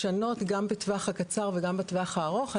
לשנות גם בטווח הקצר וגם בטווח הארוך.